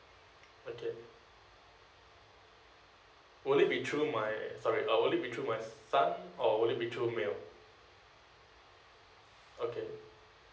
okay will it be through my sorry uh would it be through my son or would it be through mail okay